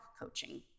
coaching